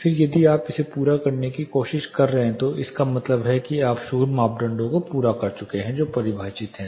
फिर यदि आप इसे पूरा करने की कोशिश कर रहे हैं तो इसका मतलब है कि आप शोर मानदंडों को पूरा कर चुके हैं जो परिभाषित है